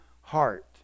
heart